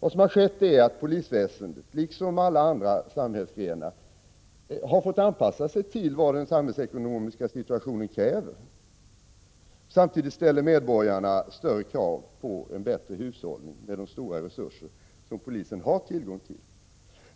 Vad som har skett är att polisväsendet liksom alla andra samhällsorgan har fått anpassa sig till vad den samhällsekonomiska situationen kräver. Samtidigt ställer medborgarna större krav på en bättre hushållning med de stora resurser som polisen har tillgång till.